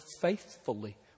faithfully